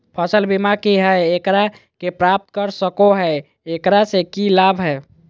फसल बीमा की है, एकरा के प्राप्त कर सको है, एकरा से की लाभ है?